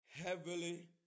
Heavily